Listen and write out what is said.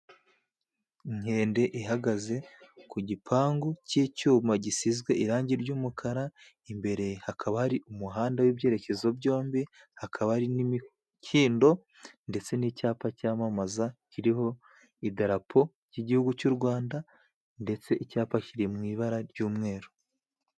Inkende ihagaze ku gipangu cy'icyuma gisizwe irangi ry'umukara, imbere hakaba hari umuhanda w'ibyerekezo byombi. Hakaba hari n'imikindo ndetse n'icyapa cyamamaza kiriho idarapo ry'igihugu cy'u Rwanda, ndetse n'icyapa kiriho ibara ry'umweru.